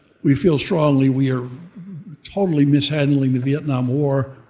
we feel strongly we are totally mishandling the vietnam war.